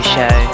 Show